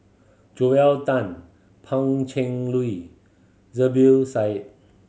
Joel Tan Pan Cheng Lui Zubir Said